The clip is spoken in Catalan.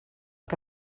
que